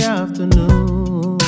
afternoon